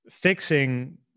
fixing